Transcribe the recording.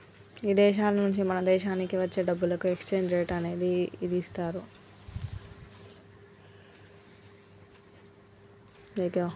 ఇదేశాల నుంచి మన దేశానికి వచ్చే డబ్బులకు ఎక్స్చేంజ్ రేట్ అనేది ఇదిస్తారు